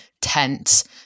tense